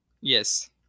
Yes